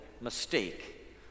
mistake